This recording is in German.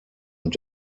und